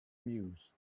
mused